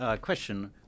question